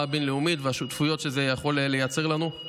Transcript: הבין-לאומית והשותפויות שזה יכול לייצר לנו.